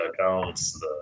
accounts